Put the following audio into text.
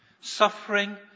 Suffering